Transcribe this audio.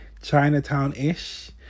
Chinatown-ish